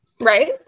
Right